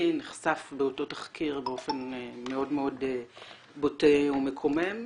נחשף באותו תחקיר באופן מאוד מאוד בוטה ומקומם,